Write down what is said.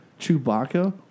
Chewbacca